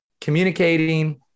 communicating